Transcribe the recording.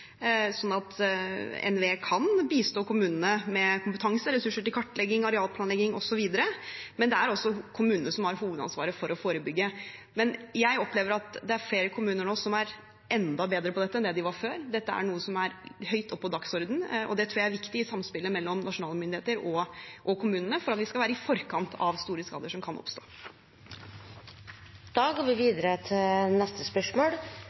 at NVE kan bistå kommunene med kompetanse, ressurser til kartlegging, arealplanlegging osv. Men det er altså kommunene som har hovedansvaret for å forebygge. Jeg opplever at det er flere kommuner nå som er enda bedre på dette enn det de var før. Dette er noe som er høyt oppe på dagsordenen, og det tror jeg er viktig i samspillet mellom nasjonale myndigheter og kommunene for at vi skal være i forkant av store skader som kan oppstå.